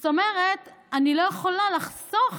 זאת אומרת, אני לא יכולה לחסוך